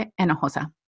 Enojosa